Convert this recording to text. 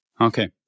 Okay